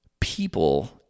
People